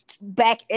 back